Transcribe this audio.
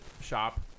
shop